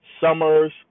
summers